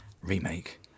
remake